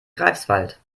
greifswald